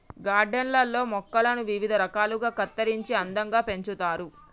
garden లల్లో మొక్కలను వివిధ రకాలుగా కత్తిరించి అందంగా పెంచుతారు